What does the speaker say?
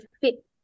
fit